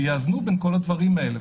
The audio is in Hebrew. ויאזנו בין כל הדברים האלה.